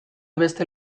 beste